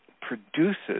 produces